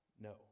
No